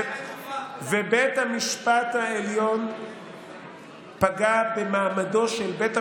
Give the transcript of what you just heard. כשאמרתי שבית המשפט העליון פגע במעמדו התייחסתי להליך בחירת השופטים.